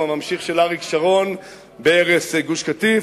הוא הממשיך של אריק שרון בהרס גוש-קטיף,